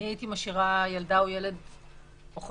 הייתי משאירה ילדה או ילד לנצח,